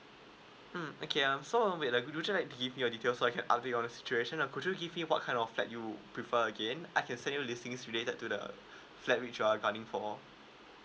mm okay um so um wait err would you like to give me your details so I can update you on the situation or could you give me what kind of flat you prefer again I can send you listings related to the uh flat which are hunting for